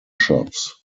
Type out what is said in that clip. shops